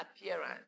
appearance